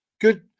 Good